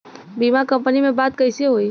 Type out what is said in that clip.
बीमा कंपनी में बात कइसे होई?